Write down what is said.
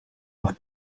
noch